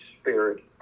spirit